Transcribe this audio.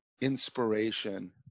inspiration